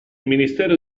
ministero